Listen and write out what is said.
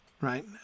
Right